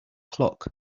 clock